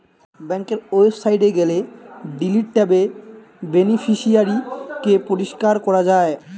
বেংকের ওয়েবসাইটে গেলে ডিলিট ট্যাবে বেনিফিশিয়ারি কে পরিষ্কার করা যায়